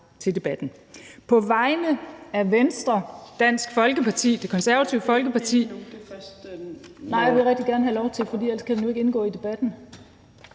til debatten.